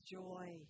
joy